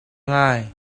ngai